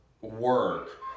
work